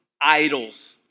idols